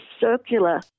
circular